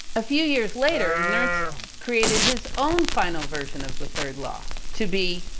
a few years later nernst created his own final version of the third law to be,